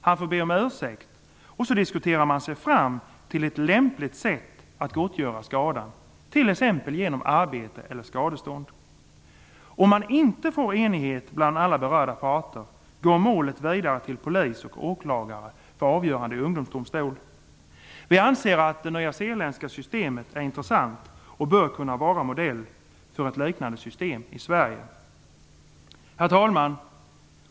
Han får be om ursäkt, och så diskuterar man sig fram till ett lämpligt sätt att gottgöra skadan, t.ex. genom arbete eller skadestånd. Om man inte når enighet bland alla berörda parter går målet vidare till polis och åklagare för avgörande i ungdomsdomstol. Vi anser att det nyzeeländska systemet är intressant och bör kunna vara modell för ett liknande system i Sverige. Herr talman!